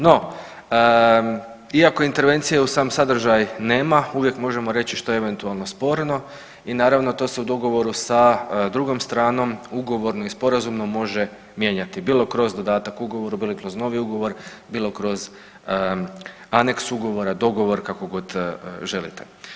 No, iako intervencije u sam sadržaj nema uvijek možemo reći što je eventualno sporno i naravno to se u dogovoru sa drugom stranom ugovorno i sporazumno može mijenjati bilo kroz dodatak ugovoru, bilo kroz novi ugovor, bilo kroz anex ugovora, dogovor kako god želite.